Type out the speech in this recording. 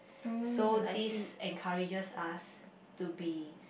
so this encourages us to be